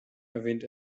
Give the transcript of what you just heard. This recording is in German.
erwähnt